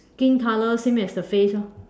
skin color same as the face orh